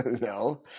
no